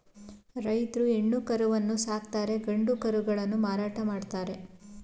ರೈತ್ರು ಹೆಣ್ಣು ಕರುವನ್ನು ಸಾಕುತ್ತಾರೆ ಗಂಡು ಕರುಗಳನ್ನು ಮಾರಾಟ ಮಾಡ್ತರೆ